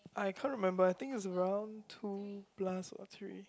I can't remember I think is around two plus or three